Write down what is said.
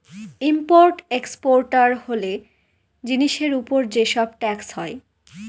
import exporter হলে জিনিসের উপর যে সব ট্যাক্স হয়